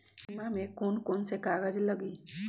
बीमा में कौन कौन से कागज लगी?